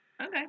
Okay